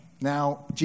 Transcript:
Now